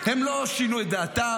הם לא שינו את דעתם.